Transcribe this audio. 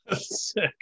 sick